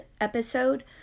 episode